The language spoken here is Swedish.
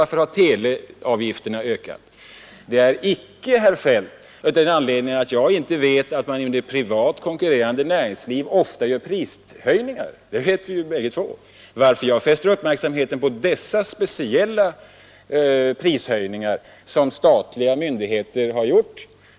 Varför har teleavgifterna ökat? Det är icke, herr Feldt, så att jag inte vet att man inom ett privat konkurrerande näringsliv ofta företar prishöjningar. Det vet både herr Feldt och jag. Det är riktigt att jag har fäst uppmärksamheten på de speciella prishöjningar som statliga myndigheter har företagit.